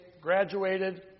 graduated